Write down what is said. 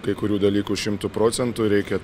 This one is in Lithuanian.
kai kurių dalykų šimtu procentų reikia